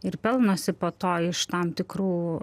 ir pelnosi po to iš tam tikrų